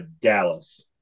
Dallas